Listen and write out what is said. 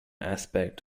aspect